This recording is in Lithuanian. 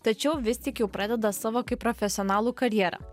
tačiau vis tik jau pradeda savo kaip profesionalų karjerą